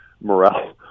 morale